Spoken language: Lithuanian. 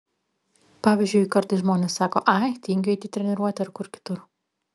pavyzdžiui kartais žmonės sako ai tingiu eiti į treniruotę ar kur kitur